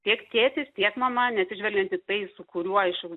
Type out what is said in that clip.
tiek tėtis tiek mama neatsižvelgiant į tai su kuriuo iš